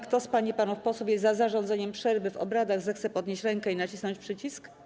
Kto z pań i panów posłów jest za zarządzeniem przerwy w obradach, zechce podnieść rękę i nacisnąć przycisk.